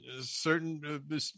certain